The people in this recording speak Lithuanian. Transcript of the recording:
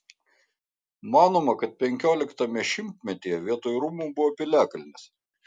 manoma kad penkioliktame šimtmetyje vietoj rūmų buvo piliakalnis